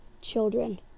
children